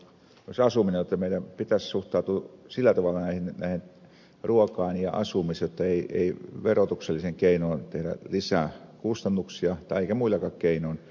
näillä leveysasteilla jotta meidän pitäisi suhtautua sillä tavalla näihin ruokaan ja asumiseen että ei verotuksellisin keinoin tehdä lisää kustannuksia eikä muillakaan keinoin